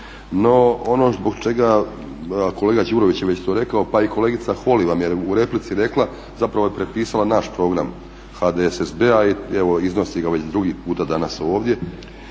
No, ono zbog čega, a kolega Đurović je to već rekao, pa i kolegica Holy vam je u replici rekla zapravo je prepisala naš program HDSSB-a i evo iznosi ga već drugi puta danas ovdje.